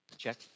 Check